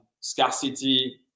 scarcity